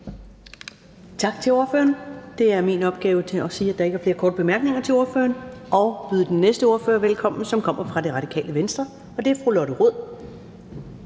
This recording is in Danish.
Tak til ordføreren. Det er også min opgave at sige, at der ikke er flere korte bemærkninger til ordføreren, og byde den næste ordfører velkommen, som kommer fra Det Radikale Venstre. Og det er fru Lotte Rod.